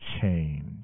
change